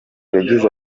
yagize